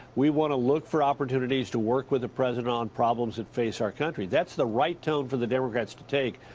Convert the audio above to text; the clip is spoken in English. we want to look for opportunities to work with the president on problems that face our country, that's the right tone for the democrats to take,